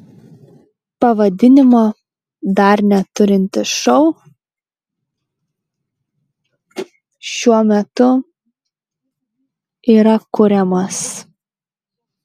pavadinimo dar neturintis šou šiuo metu yra kuriamas